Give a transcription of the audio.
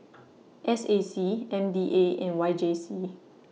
S A C M D A and Y J C